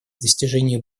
достижение